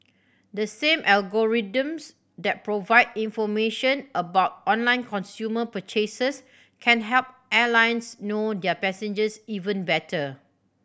the same algorithms that provide information about online consumer purchases can help airlines know their passengers even better